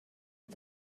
but